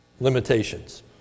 limitations